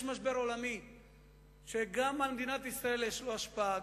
יש משבר עולמי שגם על מדינת ישראל יש לו השפעה,